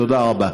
תודה רבה.